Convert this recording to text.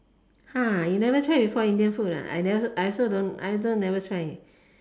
you never try before Indian food I never I also I also never try